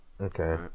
Okay